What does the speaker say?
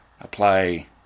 apply